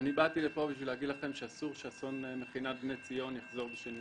באתי לפה כדי להגיד שאסור שאסון מכינת בני ציון יחזור על עצמו.